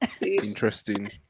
Interesting